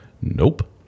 Nope